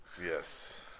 yes